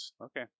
Okay